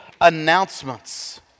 announcements